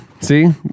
See